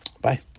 Bye